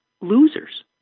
losers